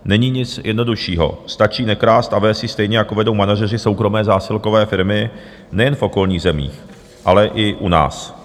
Není nic jednoduššího stačí nekrást a vést ji stejně, jako vedou manažeři soukromé zásilkové firmy nejen v okolních zemích, ale i u nás.